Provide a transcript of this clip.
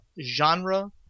genre